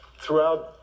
throughout